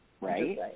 Right